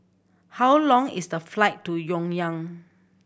how long is the flight to Pyongyang